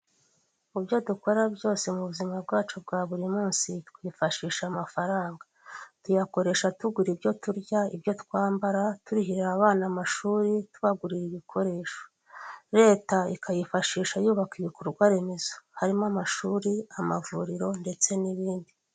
Mu byo dukora byose mu buzima bwacu bwa buri munsi, twifashisha amafaranga. Tuyakoresha tugura ibyo turya, ibyo twambara, turihirira abana amashuri, tubagurira ibikoresho. Leta ikayifashisha yubaka ibikorwa remezo, harimo amashuri, amavuriro ndetse n'ibindi.